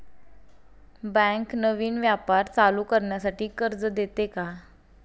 Bank नवीन व्यापार चालू करण्यासाठी कर्ज देते का?